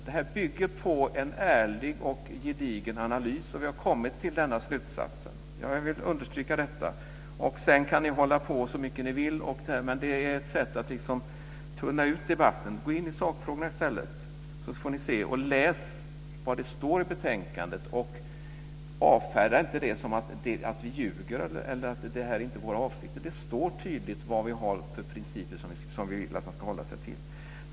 Det här bygger på en ärlig och gedigen analys, och vi har kommit till denna slutsats, det vill jag understryka. Och sedan kan ni hålla på så mycket ni vill. Men det är ett sätt att tunna ut debatten. Gå in i sakfrågorna i stället, läs vad det står i betänkandet och avfärda det inte som att vi ljuger eller att det inte är våra avsikter! Det står tydligt vilka principer som vi vill att man ska hålla sig till.